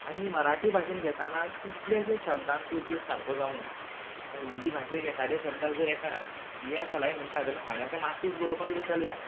आनी मराठी भाशेंत येताना कितलेशे शब्दांचो उपयोग सारको जावूंक ना म्हणल्यार हिन्दी भाशेक जर एकादे शब्दाक जर एका दिया चलाइ म्हणटा जाल्यार हांगा ते माचीस बरोवपाक विसरल्या